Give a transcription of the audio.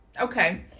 okay